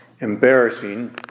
embarrassing